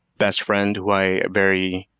best friend, who i very,